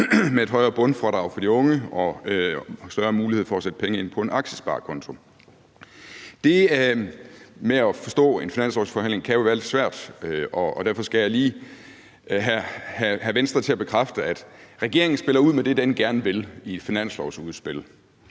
med et højere bundfradrag for de unge og større mulighed for at sætte penge ind på en aktiesparekonto. Det med at forstå en finanslovsforhandling kan jo være lidt svært. Derfor skal jeg lige have Venstre til at bekræfte, at regeringen spiller ud med det, den gerne vil, i et finanslovsudspil.